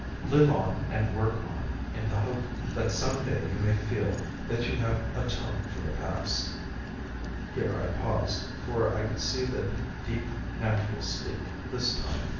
live on and work on in the hope that some day you may feel that you have atoned for the past here i paused, for i could see that deep, natural sleep this time,